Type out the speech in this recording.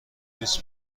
بیست